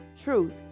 truth